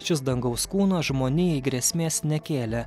šis dangaus kūnas žmonijai grėsmės nekėlė